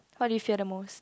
what do you fear the most